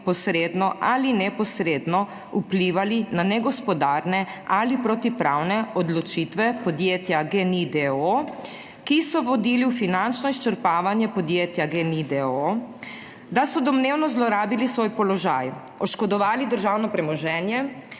posredno ali neposredno vplivali na negospodarne ali protipravne odločitve podjetja GENI-I, d. o. o, ki so vodili v finančno izčrpavanje podjetja GEN-I, d. o. o., da so domnevno zlorabili svoj položaj, oškodovali državno premoženje